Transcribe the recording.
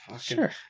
sure